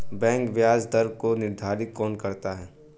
Bank ब्याज दर को निर्धारित कौन करता है?